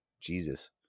Jesus